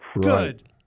Good